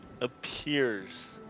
appears